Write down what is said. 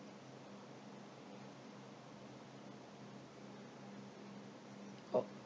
oh